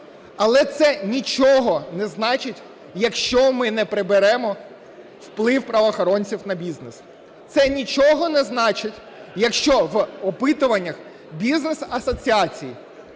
але це нічого не значить, якщо ми не приберемо вплив правоохоронців на бізнес. Це нічого не значить, якщо в опитуваннях бізнес-асоціацій